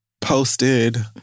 posted